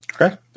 Okay